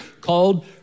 called